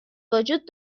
وجود